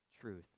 truth